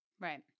Right